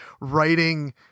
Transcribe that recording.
writing